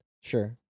Sure